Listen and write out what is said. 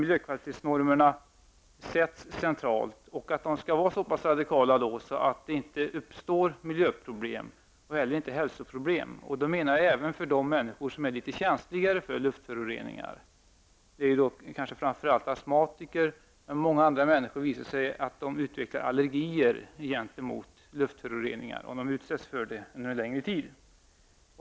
Miljökvalitetsnormerna skall fastställas centralt och vara så pass radikala att det inte uppstår miljöproblem och inte heller hälsoproblem. Det menar jag skall gälla även för de människor som är litet känsligare för luftföroreningar. Det är kanske framför allt fråga om astmatiker, men det har visat sig att många andra människor utvecklar allergier gentemot luftföroreningar om de utsätts för dessa under en längre tid.